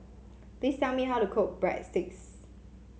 please tell me how to cook Breadsticks